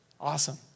Awesome